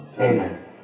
Amen